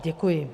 Děkuji.